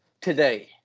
today